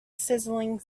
sizzling